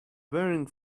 burning